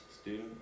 Student